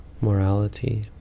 morality